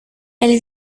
elle